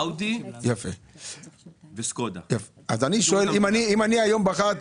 האודי וסקודה וג'יפ.